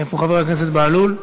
איפה חבר הכנסת בהלול?